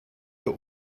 der